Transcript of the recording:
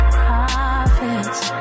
prophets